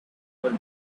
for